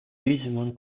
digimon